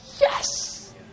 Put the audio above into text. Yes